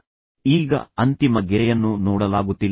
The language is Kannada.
ಆದ್ದರಿಂದ ನಾನು ಈಗ ಅಂತಿಮ ಗೆರೆಯನ್ನು ನೋಡಲಾಗುತ್ತಿಲ್ಲ